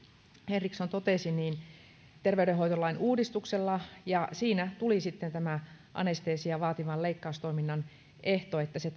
henriksson totesi terveydenhoitolain uudistuksella ja siinä tuli sitten tämä anestesiaa vaativan leikkaustoiminnan ehto että se